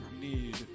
need